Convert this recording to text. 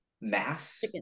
mass